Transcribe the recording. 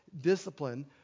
discipline